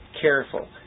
careful